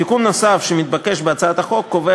תיקון נוסף שמתבקש בהצעת החוק קובע